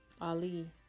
Ali